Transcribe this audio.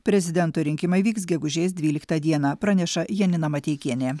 prezidento rinkimai vyks gegužės dvyliktą dieną praneša janina mateikienė